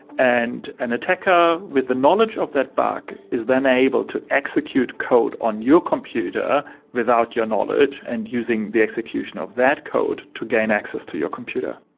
and an attacker with the knowledge of that bug is then able to execute code on your computer without your knowledge and using the execution of that code to gain access to your computer.